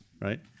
right